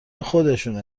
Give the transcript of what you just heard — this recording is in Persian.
خودشونه